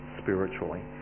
spiritually